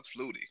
Flutie